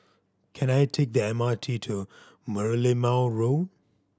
can I take the M R T to Merlimau Road